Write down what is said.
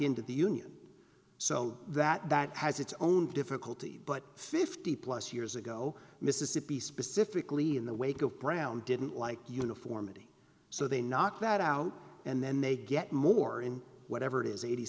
the union so that that has its own difficulty but fifty plus years ago mississippi specifically in the wake of brown didn't like uniformity so they knock that out and then they get more in whatever it is eighty